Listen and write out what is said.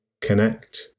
connect